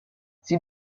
sie